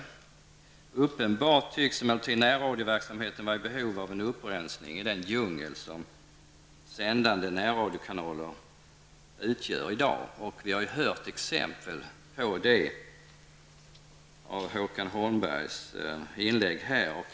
Närradioverksamheten tycks emellertid uppenbarligen vara i behov av en upprensning i den djungel som sändande närradiokanaler utgör i dag. Vi har hört exempel på detta i Håkan Holmbergs inlägg.